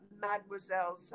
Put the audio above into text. Mademoiselle